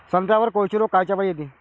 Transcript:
संत्र्यावर कोळशी रोग कायच्यापाई येते?